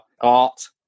art